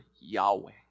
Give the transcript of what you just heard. Yahweh